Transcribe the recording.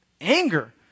anger